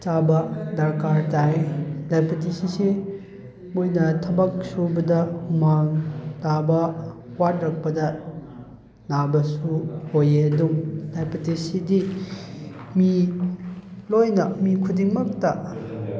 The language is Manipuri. ꯆꯥꯕ ꯗꯔꯀꯥꯔ ꯇꯥꯏ ꯗꯥꯏꯕꯤꯇꯤꯁ ꯑꯁꯤ ꯃꯣꯏꯅ ꯊꯕꯛ ꯁꯨꯕꯗ ꯍꯨꯃꯥꯡ ꯇꯥꯕ ꯋꯥꯠꯂꯛꯄꯗ ꯅꯥꯕꯁꯨ ꯑꯣꯏꯑꯦ ꯑꯗꯨ ꯗꯥꯏꯕꯤꯇꯤꯁꯁꯤꯗꯤ ꯃꯤ ꯂꯣꯏꯅ ꯃꯤ ꯈꯨꯗꯤꯡꯃꯛꯇ